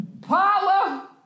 Paula